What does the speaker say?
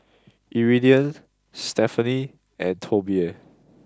Iridian Stefani and Tobie